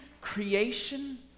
creation